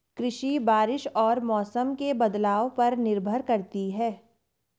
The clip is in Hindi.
कृषि बारिश और मौसम के बदलाव पर निर्भर करती है